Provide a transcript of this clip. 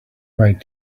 might